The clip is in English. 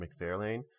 McFarlane